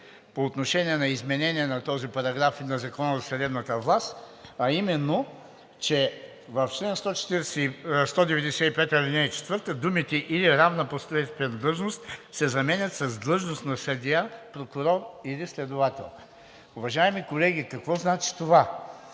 по отношение на изменение на този параграф и на Закона за съдебната власт, а именно, че в чл. 195, ал. 4 думите „или равна по степен длъжност“ се заменят с „длъжност на съдия, прокурор или следовател“. Уважаеми колеги, какво значи това?